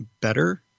better